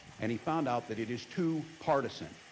and he found out that it is too partisan.